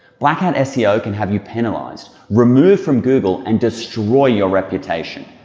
black-hat seo can have you penalized, removed from google, and destroy your reputation.